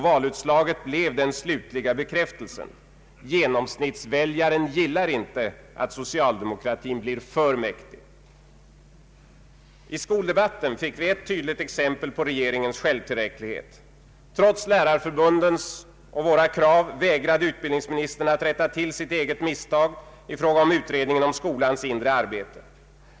Valutslaget blev den slutgiltiga bekräftelsen. Genomsnittsväljaren gillar inte att socialdemokratin blir för mäktig. I skoldebatten fick vi ett tydligt exempel på regeringens självtillräcklighet. Trots lärarförbundens och våra krav vägrade utbildningsministern att rätta till sitt eget misstag i fråga om utredningen om skolans inre arbete.